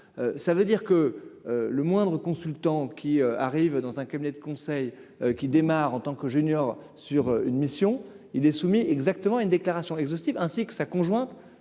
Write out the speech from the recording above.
ça veut dire que le moindre consultant qui arrive dans un cabinet de conseil qui démarre en tant que junior sur une mission, il est soumis exactement une déclaration exhaustive, ainsi que sa conjointe